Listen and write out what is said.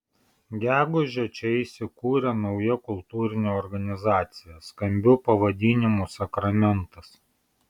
gegužę čia įsikūrė nauja kultūrinė organizacija skambiu pavadinimu sakramentas